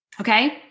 Okay